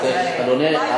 אני מבקש, אדוני.